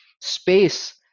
space